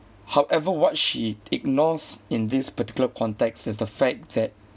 however what she ignores in this particular context is the fact that